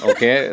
Okay